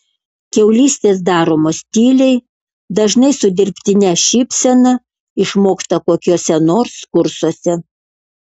kiaulystės daromos tyliai dažnai su dirbtine šypsena išmokta kokiuose nors kursuose